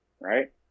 right